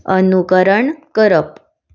अनुकरण करप